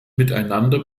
miteinander